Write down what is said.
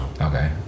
Okay